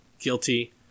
guilty